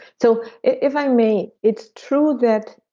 so if i may, it's true that,